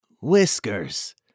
Whiskers